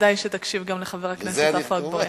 כדאי שתקשיב גם לחבר הכנסת עפו אגבאריה.